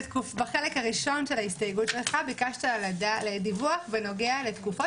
בחלק הראשון של ההסתייגות שלך ביקשת דיווח בנוגע לתקופות